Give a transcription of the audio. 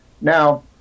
Now